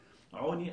עוני,